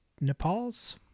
Nepal's